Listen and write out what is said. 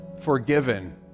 forgiven